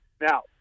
Now